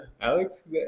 Alex